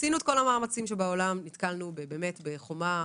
עשינו את כל המאמצים שבעולם ונתקלנו בחומה.